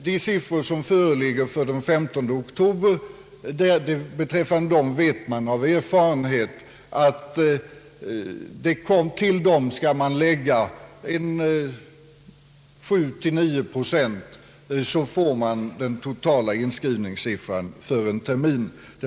Beträffande siffrorna den 15 oktober vet man av erfarenhet att till dem skall läggas 7—9 procent så får man den totala inskrivningssiffran för terminen.